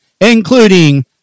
including